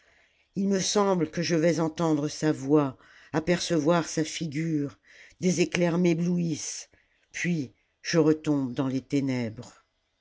il me semble que je vais entendre sa voix apercevoir sa figure des éclairs m'éblouissent puis je retombe dans les ténèbres